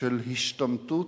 של השתמטות